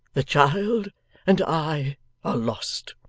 the child and i are lost